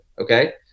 Okay